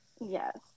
yes